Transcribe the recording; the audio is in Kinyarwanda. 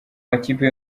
makipe